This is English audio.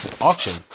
auction